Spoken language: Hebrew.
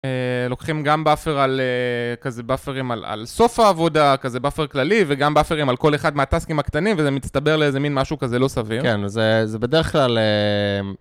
לוקחים גם באפר על, כזה באפרים על סוף העבודה, כזה באפר כללי, וגם באפרים על כל אחד מהטסטים הקטנים, וזה מצטבר לאיזה מין משהו כזה לא סביר. כן, זה בדרך כלל...